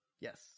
Yes